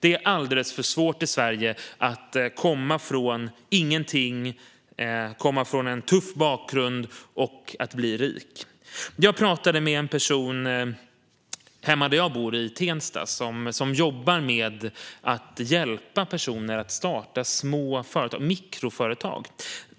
Det är alldeles för svårt att komma från ingenting, från en tuff bakgrund, och bli rik här. Hemma i Tensta där jag bor pratade jag med en person som jobbar med att hjälpa personer att starta små företag eller mikroföretag.